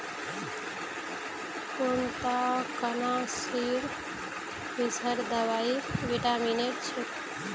कृन्तकनाशीर विषहर दवाई विटामिनेर छिको